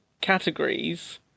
categories